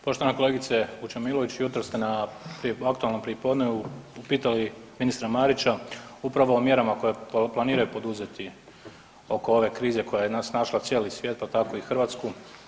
Poštovana kolegice Vučemilović, jutros ste na aktualnom prijepodnevu pitali ministra Marića upravo o mjerama koje planiraju poduzeti oko ove krize koja je nas našla cijeli svijet, pa tako i Hrvatsku.